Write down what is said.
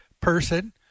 person